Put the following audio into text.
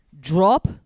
Drop